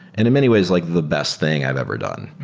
and in many ways like the best thing i've ever done,